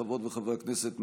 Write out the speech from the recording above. חברות וחברי הכנסת,